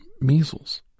measles